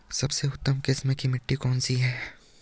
सबसे उत्तम किस्म की मिट्टी कौन सी है?